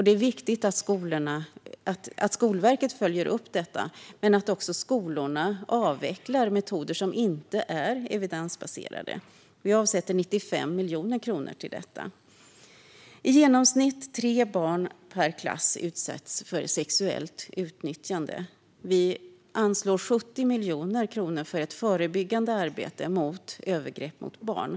Det är viktigt att Skolverket följer upp den. Men skolorna ska också avveckla metoder som inte är evidensbaserade. Vi avsätter 95 miljoner kronor för detta. I genomsnitt tre barn per klass utsätts för sexuellt utnyttjande. Vi anslår 70 miljoner kronor för ett förebyggande arbete mot övergrepp mot barn.